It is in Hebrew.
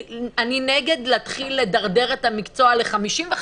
אני נגד להתחיל לדרדר את המקצוע ל-55,